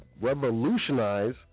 revolutionize